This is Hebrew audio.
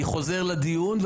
אני חוזר לדיון,